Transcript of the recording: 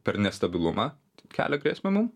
per nestabilumą kelia grėsmę mum